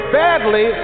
badly